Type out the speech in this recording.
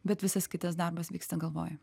bet visas kitas darbas vyksta galvoj